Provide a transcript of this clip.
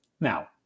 now